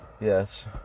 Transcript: Yes